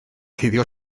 cuddio